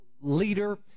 leader